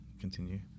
continue